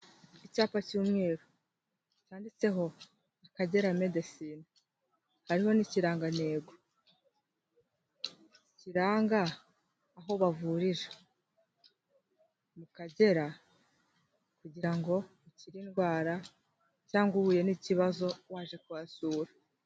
Icyapa cy'umweru cyanditseho akagera medesine, hariho n'ikirangantego, kiranga aho bavurira, mu kagera kugira ngo akire indwara cyangwa uhuye n'ikibazo waje kuhasura.